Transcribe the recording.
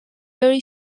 very